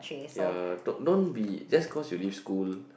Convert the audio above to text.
ya told don't be just cause you leave school